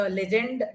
legend